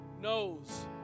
knows